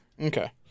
Okay